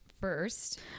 first